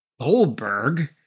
Goldberg